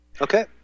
okay